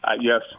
yes